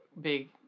big